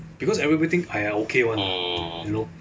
because everybody think !aiya! okay [one] lah you know